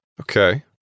Okay